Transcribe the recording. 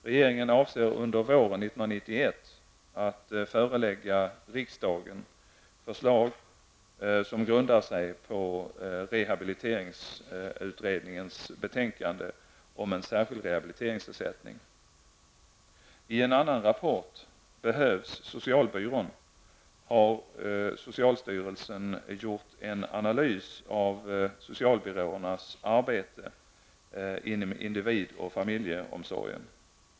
Regeringen avser att under våren 1991 förelägga riksdagen förslag som grundar sig på rehabiliteringsberedningens betänkande om en särskild rehabiliteringsersättning. I en annan rapport, Behövs socialbyrån?, har socialstyrelsen gjort en analys av socialbyråernas arbete inom individ och familjeomsorgen.